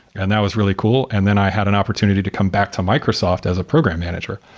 and that was really cool. and then i had an opportunity to come back to microsoft as a program manager.